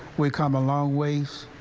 we've come a long ways